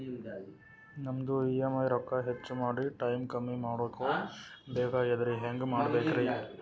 ನಮ್ಮ ಇ.ಎಂ.ಐ ರೊಕ್ಕ ಹೆಚ್ಚ ಮಾಡಿ ಟೈಮ್ ಕಮ್ಮಿ ಮಾಡಿಕೊ ಬೆಕಾಗ್ಯದ್ರಿ ಹೆಂಗ ಮಾಡಬೇಕು?